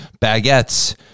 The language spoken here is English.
baguettes